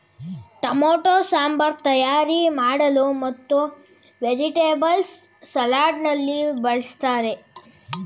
tomato sambar ತಯಾರಿ ಮಾಡಲು ಮತ್ತು ವೆಜಿಟೇಬಲ್ಸ್ ಸಲಾಡ್ ನಲ್ಲಿ ಬಳ್ಸತ್ತರೆ